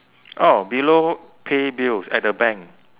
oh below pay bills at the bank